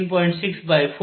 6 4 13